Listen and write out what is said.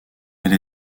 elle